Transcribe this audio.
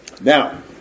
Now